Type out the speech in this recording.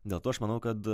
dėl to aš manau kad